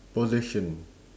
possession